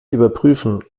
überprüfen